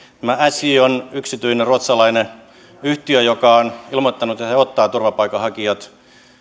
tämä sj on yksityinen ruotsalainen yhtiö joka on ilmoittanut että he ottavat turvapaikanhakijat